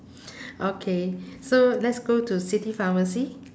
okay so let's go to city pharmacy